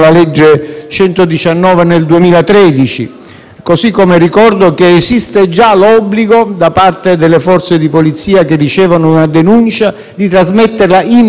modo, ricordo che esiste già l'obbligo per le Forze di polizia che ricevono una denuncia di trasmetterla immediatamente alle procure.